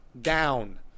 down